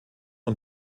und